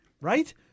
Right